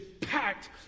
packed